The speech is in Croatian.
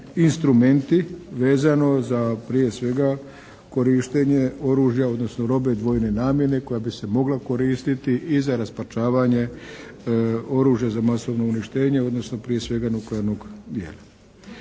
instrumenti vezano za prije svega korištenje oružja odnosno robe dvojne namjene koja bi se mogla koristiti i za raspačavanje oružja za masovno uništenje odnosno prije svega nuklearnog …